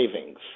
savings